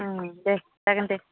दे जागोन दे